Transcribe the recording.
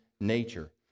nature